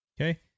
Okay